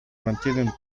mantienen